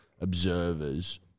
observers